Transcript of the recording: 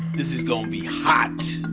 this is gonna be hot.